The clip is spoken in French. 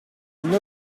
une